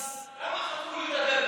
למה חסמו לי את הדרך שם?